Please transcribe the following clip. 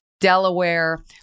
Delaware